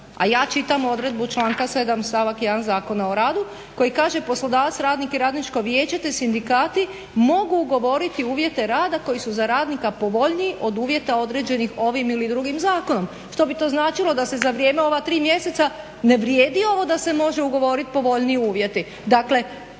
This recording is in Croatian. A ja čitam odredbu članka 7. stavak 1. Zakona o radu koji kaže: "poslodavac, radnik i Radničko vijeće te sindikati mogu ugovoriti uvjete rada koji su za radnika povoljniji od uvjeta određenih ovim ili drugim zakonom." Što bi to značilo da se za vrijeme ova tri mjeseca ne vrijedi ovo da se može ugovoriti povoljniji uvjeti?